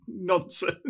nonsense